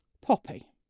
Poppy